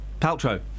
Paltrow